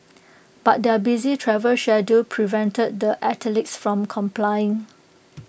but their busy travel schedule prevented the athletes from complying